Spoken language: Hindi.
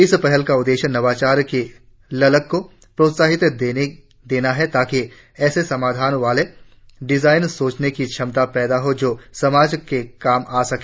इस पहल का उद्देश्य नवाचार की ललक को प्रोत्साहित देना है ताकि ऐसे समाधान वाले डिजायन सोचने की क्षमता पैदा हो जो समाज के काम आ सके